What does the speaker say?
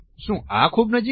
શું આ ખૂબ નજીક છે